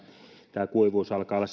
tämä kuivuus alkaa olla